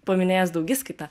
paminėjęs daugiskaitą